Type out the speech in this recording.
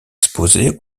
exposés